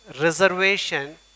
reservation